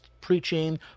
preaching